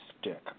Stick